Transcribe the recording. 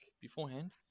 beforehand